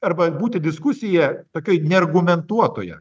arba būti diskusija tokioj neargumentuotoje